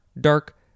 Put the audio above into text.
dark